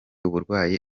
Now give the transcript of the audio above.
uburwayi